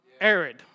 arid